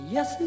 Yes